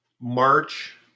March